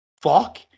fuck